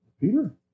Peter